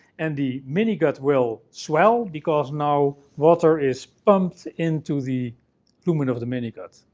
and the mini-gut will swell, because now water is pumped into the lumen of the mini-gut,